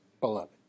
beloved